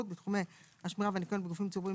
בתחומי השמירה והניקיון בגופים ציבוריים"